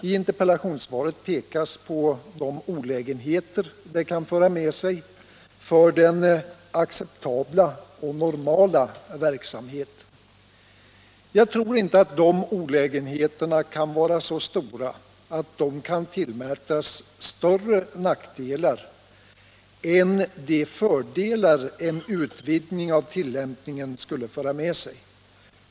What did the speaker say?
I interpellationssvaret pekas på de olägenheter det kan föra med sig för den acceptabla och normala verksamheten. Jag tror inte att dessa olägenheter kan vara så stora att de kan sägas medföra större nackdelar än de fördelar en utvidgning av tillämpningen skulle föra med sig.